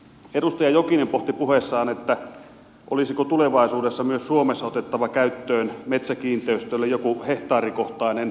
edustaja jokinen pohti puheessaan olisiko tulevaisuudessa myös suomessa otettava käyttöön metsäkiinteistöille joku hehtaarikohtainen alaraja